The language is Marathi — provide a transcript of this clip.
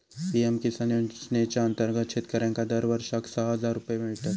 पी.एम किसान योजनेच्या अंतर्गत शेतकऱ्यांका दरवर्षाक सहा हजार रुपये मिळतत